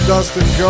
Dustin